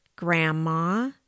Grandma